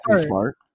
smart